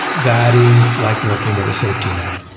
that is like working with a safety net.